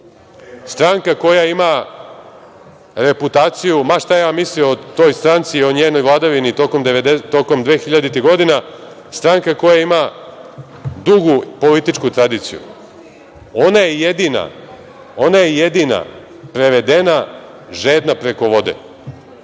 Stranka koja ima reputaciju, ma šta ja mislio o toj stranci i o njenoj vladavini tokom dvehiljaditih godina, stranka koja ima dugu političku tradiciju. Ona je jedina prevedena žedna preko vode,